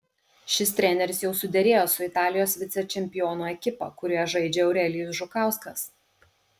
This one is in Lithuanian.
šis treneris jau suderėjo su italijos vicečempionų ekipa kurioje žaidžia eurelijus žukauskas